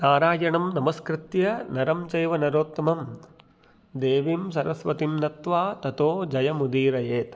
नारायणं नमस्कृत्य नरञ्चैव नरोत्तमं देवीं सरस्वतीं नत्वा ततो जयमुदीरयेत्